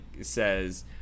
says